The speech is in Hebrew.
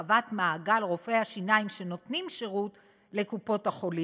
הרחבת מעגל רופאי השיניים שנותנים שירות לקופות-החולים,